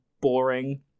boring